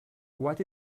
what